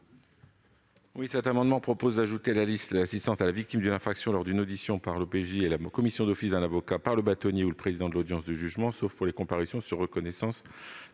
? Ces amendements visent à ajouter à la liste l'assistance à la victime d'une infraction lors d'une audition par l'OPJ et la commission d'office d'un avocat par le bâtonnier ou par le président de l'audience de jugement, sauf pour les comparutions sur reconnaissance